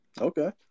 Okay